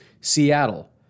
Seattle